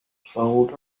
fold